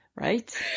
right